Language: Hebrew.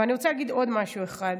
ואני רוצה להגיד עוד משהו אחד: